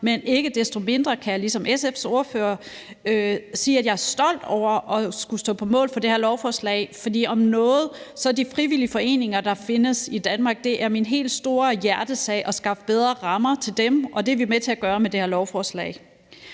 men ikke desto mindre kan jeg ligesom SF's ordfører sige, at jeg er stolt over at skulle stå på mål for det her lovforslag, for om noget er de frivillige foreninger, der findes i Danmark, min helt store hjertesag, også at skaffe bedre rammer til dem, og det er vi med til at gøre med det her lovforslag.